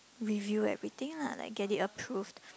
review everything lah like get it approved